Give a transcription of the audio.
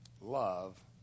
Love